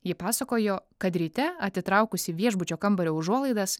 ji pasakojo kad ryte atitraukusi viešbučio kambario užuolaidas